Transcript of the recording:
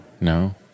No